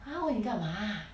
她问你你干嘛